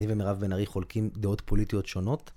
אני ומרב בן ארי חולקים דעות פוליטיות שונות.